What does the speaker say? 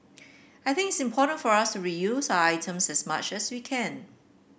I think it's important for us to reuse items as much as we can